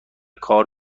کار